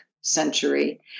century